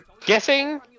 Guessing